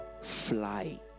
Fly